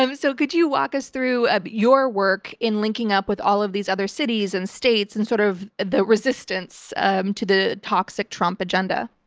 um so could you walk us through ah your work in linking up with all of these other cities and states and sort of the resistance to the toxic trump agenda?